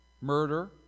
murder